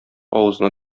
авызына